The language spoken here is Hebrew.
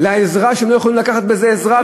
שהם לא יכולים לקחת באמצעותה עזרה,